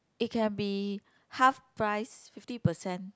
it can be half price fifty percent